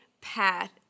path